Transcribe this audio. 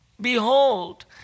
Behold